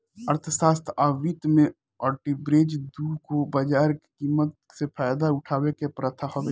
अर्थशास्त्र आ वित्त में आर्बिट्रेज दू गो बाजार के कीमत से फायदा उठावे के प्रथा हवे